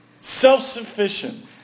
self-sufficient